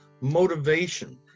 motivation